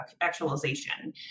actualization